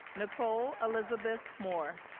nicole elizabeth moore